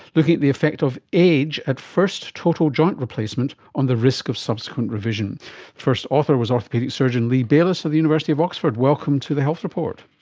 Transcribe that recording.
looking at the effect of age at first total joint replacement on the risk of subsequent revision. the first author was orthopaedic surgeon lee bayliss of the university of oxford. welcome to the health report.